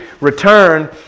return